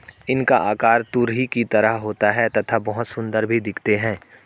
इनका आकार तुरही की तरह होता है तथा बहुत सुंदर भी दिखते है